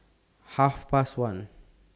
Half Past one